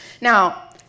Now